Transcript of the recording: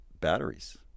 batteries